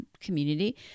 community